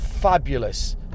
fabulous